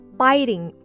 biting